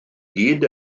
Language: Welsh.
gyd